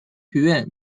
学院